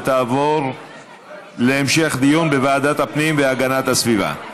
ותעבור להמשך דיון בוועדת הפנים והגנת הסביבה.